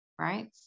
Right